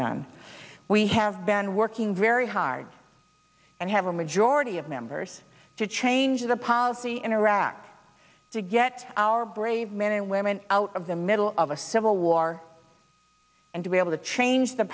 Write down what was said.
done we have been working very hard and have a majority of members to change the policy in iraq to get our brave men and women out of the middle of a civil war and to be able to change the